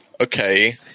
okay